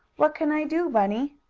what can i do, bunny?